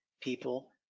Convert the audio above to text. people